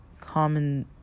common